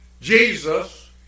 Jesus